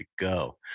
go